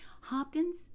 Hopkins